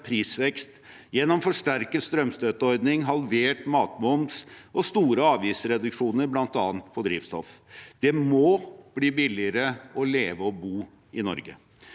prisvekst gjennom forsterket strømstøtteordning, halvert matmoms og store avgiftsreduksjoner, bl.a. på drivstoff. Det må bli billigere å leve og bo i Norge.